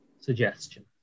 suggestion